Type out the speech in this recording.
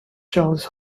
charles